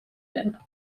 been